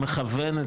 מכוון,